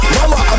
mama